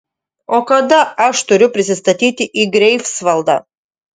o kada aš turiu prisistatyti į greifsvaldą